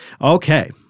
Okay